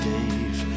Dave